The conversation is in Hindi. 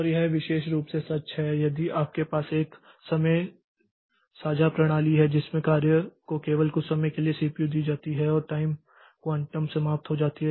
और यह विशेष रूप से सच है यदि आपके पास एक समय साझा प्रणाली है जिसमें कार्य को केवल कुछ समय के लिए सीपीयू दी जाती है और टाइम क्वांटम समाप्त हो जाती है